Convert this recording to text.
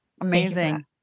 Amazing